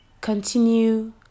continue